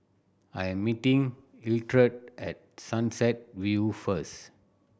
I am meeting Hildred at Sunset View first